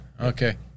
okay